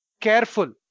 careful